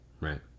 right